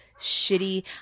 shitty